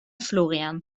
florian